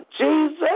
Jesus